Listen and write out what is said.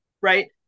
right